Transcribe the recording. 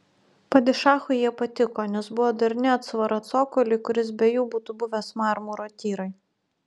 padišachui jie patiko nes buvo darni atsvara cokoliui kuris be jų būtų buvęs marmuro tyrai